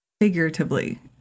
figuratively